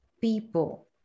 people